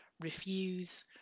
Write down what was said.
refuse